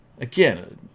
Again